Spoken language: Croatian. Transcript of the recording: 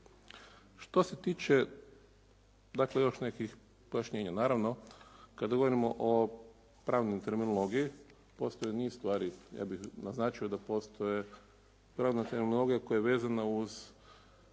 Što se tiče dakle još nekih pojašnjenja, naravno kada govorimo o pravnoj terminologiji postoji niz stvari, ja bih naznačio da postoji pravna terminologija koja je vezana uz